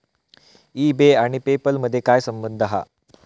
E बे आणि PayPal मधे काय संबंध हा?